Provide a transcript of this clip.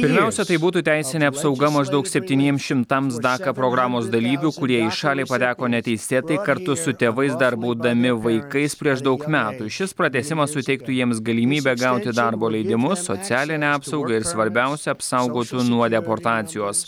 pirmiausia tai būtų teisinė apsauga maždaug septyniems šimtams daka programos dalyvių kurie į šalį pateko neteisėtai kartu su tėvais dar būdami vaikais prieš daug metų šis pratęsimas suteiktų jiems galimybę gauti darbo leidimus socialinę apsaugą ir svarbiausia apsaugotų nuo deportacijos